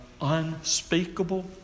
unspeakable